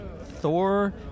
Thor